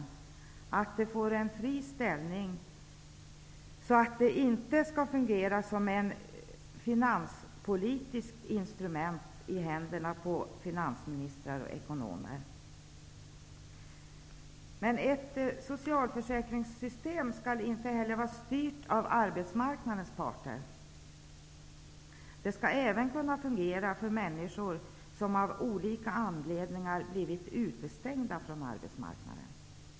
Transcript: Systemet skall få en fri ställning så att det inte kan fungera som ett finanspolitiskt instrument i händerna på finansministrar och ekonomer. Men ett socialförsäkringssystem skall inte heller vara styrt av arbetsmarknadens parter. Det skall även kunna fungera för människor som av olika anledningar blivit utestängda från arbetsmarknaden.